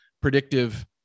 predictive